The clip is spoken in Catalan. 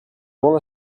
molt